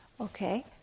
okay